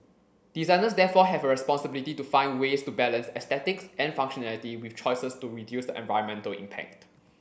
designers therefore have a responsibility to find ways to balance aesthetics and functionality with choices to reduce the environmental impact